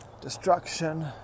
destruction